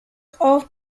auf